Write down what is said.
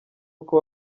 uko